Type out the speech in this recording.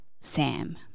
Sam